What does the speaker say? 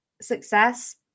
success